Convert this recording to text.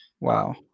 Wow